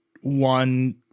one